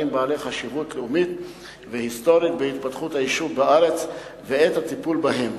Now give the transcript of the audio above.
בעלי חשיבות לאומית והיסטורית בהתפתחות היישוב בארץ ואת הטיפול בהם.